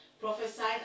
prophesied